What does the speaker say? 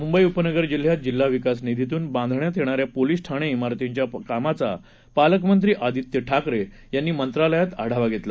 मुंबई उपनगर जिल्ह्यात जिल्हा विकास निधीतून बांधण्यात येणाऱ्या पोलीस ठाणे मारतींच्या कामाचा पालकमंत्री आदित्य ठाकरे यांनी मंत्रालयात आढावा घेतला